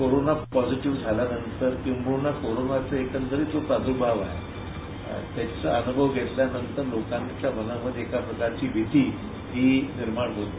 corona positive झाल्यानंतर किंबहना कोरोनाचा एकंदरीत जो प्रार्दभाव आहे त्याचा अनुभव घेतल्यानंतर लोकांमधे एक प्रकारची भिती ही निर्माण होते